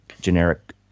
generic